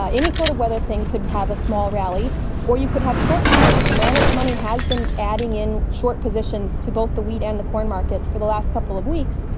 um any sort of weather thing could have a small rally or you could have short covering. the managed money has been adding in short positions to both the wheat and the corn markets for the last couple of weeks.